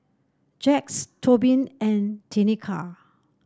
Jax Tobin and Tenika